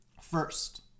first